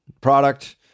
product